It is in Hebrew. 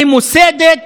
ממוסדת,